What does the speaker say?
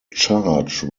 charge